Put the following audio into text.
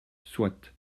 soit